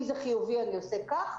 אם זה חיובי אני עושה כך,